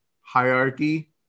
hierarchy